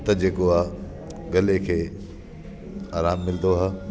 त जेको आहे गले खे आरामु मिलंदो आहे